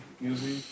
music